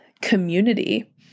community